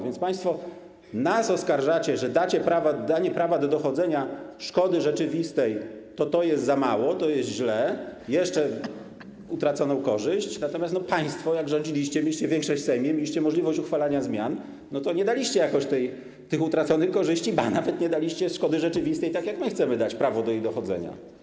Więc państwo nas oskarżacie, że danie prawa do dochodzenia szkody rzeczywistej to jest za mało, to jest źle, jeszcze utraconą korzyść, natomiast państwo, jak rządziliście, mieliście większość w Sejmie, mieliście możliwość uchwalania zmian, to nie daliście jakoś tych utraconych korzyści, ba, nawet nie daliście szkody rzeczywistej, tak jak my chcemy dać prawo do jej dochodzenia.